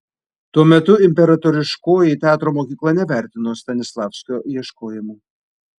tuo metu imperatoriškoji teatro mokykla nevertino stanislavskio ieškojimų